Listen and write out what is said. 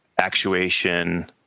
actuation